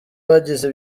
bagize